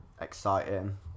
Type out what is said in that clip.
exciting